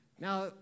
Now